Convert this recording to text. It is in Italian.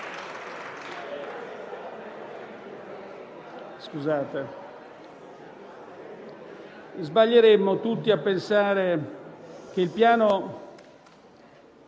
sbaglieremmo tutti a pensare che il Piano